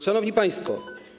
Szanowni Państwo!